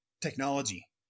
technology